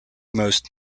most